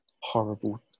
horrible